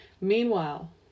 Meanwhile